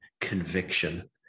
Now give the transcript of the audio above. conviction